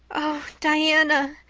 oh, diana,